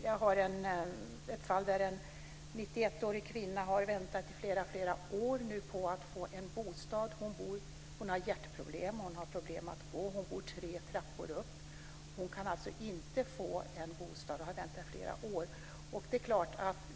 Jag känner till ett fall där en 91-årig kvinna har väntat i flera år på att få en bostad. Hon har hjärtproblem och problem att gå, och hon bor tre trappor upp. Hon kan alltså inte få en bostad, och hon har väntat i flera år.